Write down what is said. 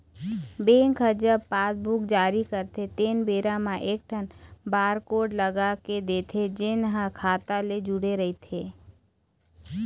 bank ह जब passbook जारी करथे तेन बेरा म एकठन बारकोड लगा के देथे जेन ह खाता ले जुड़े रहिथे